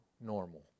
normal